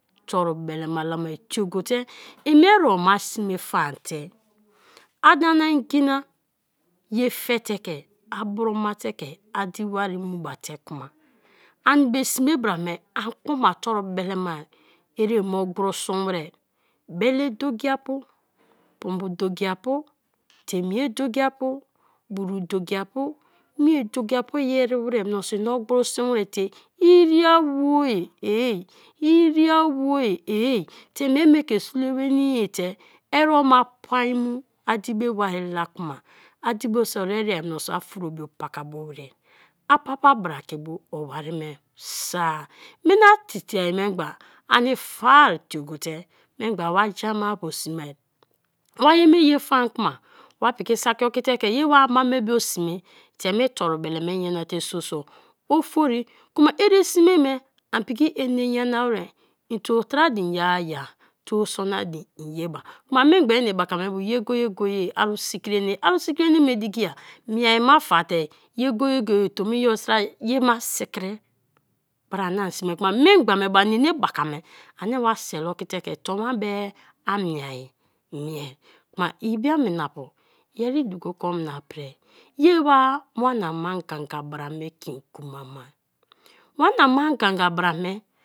Toru belema la mai tie gote en mie erebo ma sme fan te a da na ngina ye fe te ke abroma te ke a di wari mu ba te k'ma ani be sme bra me an kpo ma toru belema, ereba ogbro suwei bele dokiapu, pumbu dokiapu, temye dokiapu, buru dokiapu, me dokiapu i ere wei minso ogbro sun wei te iriawo eee, iriawo eee, te en mie me ke sule nwenii te erebo pain mu adi be wari la kuma, adi bu bo ore ria mioso a furo bio pakabo wei, a pa pa bra ke bo owari me bo mina te te ai memgba ani fa'e tie-gote memgba wa ja-mapu sme; wa ye me ye wa ama-bu sme te me toru bele me nyana te bo bo ofori k'ma ere sme me ani piki ene nyana wer; in twu tre din ye-ye-a twu sono din en ye ma k'ma memgbe enebaka bo ye go-go-ye aru sikri ene, aru sikri ene me dikia miea ma fa te ye go-go-ye ye ma sikri bra ani sme k'ma memgba me bo ani enebaka me ani wa sele okite ke ton wa me amiea mie k'ma ibiaminapu yeri duko ke omna pri yewa wana ma ganga bra me ke ngwa ma, wana ma ganga bra me.